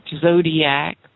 zodiac